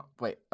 Wait